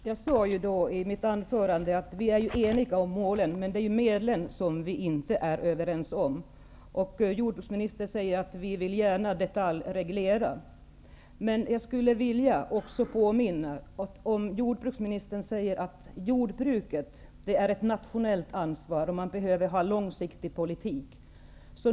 Herr talman! Jag sade i mitt anförande att vi är eniga om målen men att vi inte är överens om medlen. Jordbruksministern säger att vi socialdemokrater gärna vill detaljreglera. Jordbruksministern säger att jordbruket är ett nationellt ansvar och att det behövs en långsiktig politik.